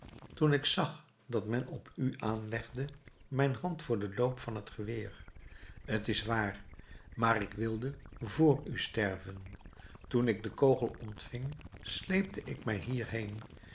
toen ik zag dat men op u aanlegde mijn hand voor den loop van het geweer t is waar maar ik wilde vr u sterven toen ik den kogel ontving sleepte ik mij